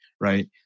right